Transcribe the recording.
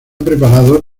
preparado